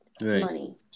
money